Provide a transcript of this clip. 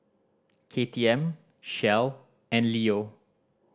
K T M Shell and Leo